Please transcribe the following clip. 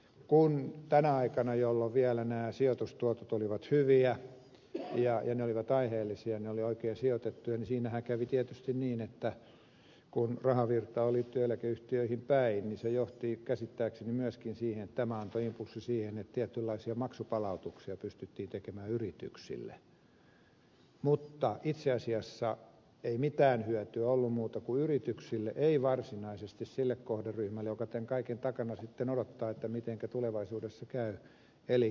kun tänä aikana jolloin vielä nämä sijoitustuotot olivat hyviä ja ne olivat aiheellisia varat olivat oikein sijoitettuja niin siinähän kävi tietysti niin että kun rahavirta oli työeläkeyhtiöihin päin niin se johti käsittääkseni myöskin siihen antoi impulssin siihen että tietynlaisia maksupalautuksia pystyttiin tekemään yrityksille mutta itse asiassa ei mitään hyötyä ollut muuta kuin yrityksille ei varsinaisesti sille kohderyhmälle joka tämän kaiken takana sitten odottaa mitenkä tulevaisuudessa käy eläkeläisille